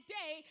day